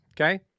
Okay